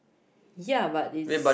ya but is